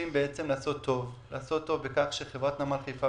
לעשות טוב בכך שחברת נמל חיפה,